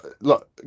look